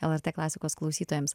lrt klasikos klausytojams